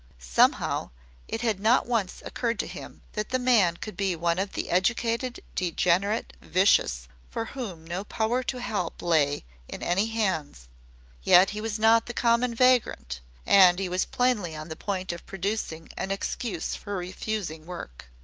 somehow it had not once occurred to him that the man could be one of the educated degenerate vicious for whom no power to help lay in any hands yet he was not the common vagrant and he was plainly on the point of producing an excuse for refusing work.